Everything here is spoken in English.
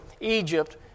Egypt